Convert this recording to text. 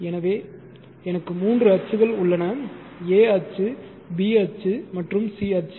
எனவே எனக்கு மூன்று அச்சுகள் உள்ளன a அச்சு b அச்சு மற்றும் c அச்சு